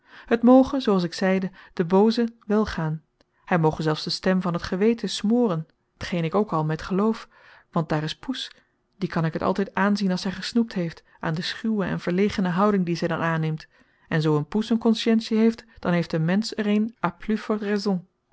dagelijks het moge zoo als ik zeide den booze welgaan hij moge zelfs de stem van het geweten smoren t geen ik ook al met geloof want daar is poes die kan ik het altijd aanzien als zij gesnoept heeft aan de schuwe en verlegene houding die zij dan aanneemt en zoo poes een conscientie heeft dan heeft een mensch er een